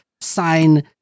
Sign